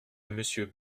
monsieur